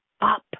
up